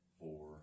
four